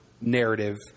narrative